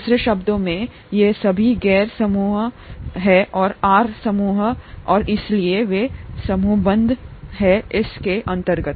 दूसरे शब्दों में ये सभी गैर समूह समूह हैं आर समूह और इसलिए वे समूहबद्ध हैं इस के अंर्तगत